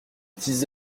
dix